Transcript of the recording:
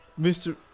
Mr